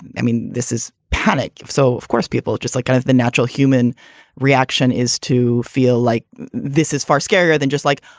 and i mean, this is panic. so, of course, people are just like kind of the natural human reaction is to feel like this is far scarier than just like,